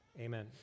Amen